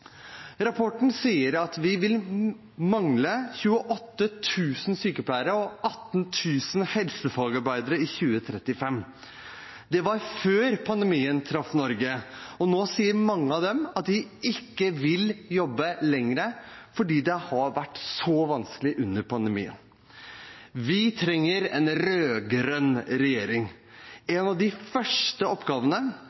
Rapporten sier at vi vil mangle 28 000 sykepleiere og 18 000 helsefagarbeidere i 2035. Det var før pandemien traff Norge, og nå sier mange av dem at de ikke vil jobbe lenger fordi det har vært så vanskelig under pandemien. Vi trenger en rød-grønn regjering.